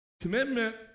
Commitment